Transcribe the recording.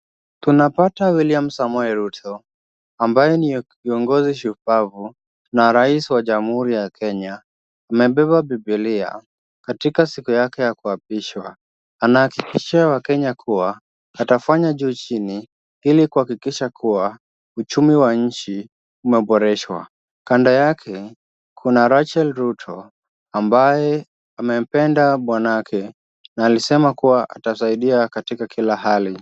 Tunapata William Samoe Ruto ambaye ni koingozi shupavu na rais wa Jamuhuri ya Kenya amebeba bibilia katika siku yake ya kuapishwa anahakikishia wakenya kuwa atafanya juu chini ili kuakikisha kuwa uchumi ya inchi umeboreshwa, kando yake Kuna Rachel Ruto ambaye amependa bwabake na alisema kuwa atasaidia katika Kila hali.